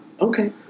Okay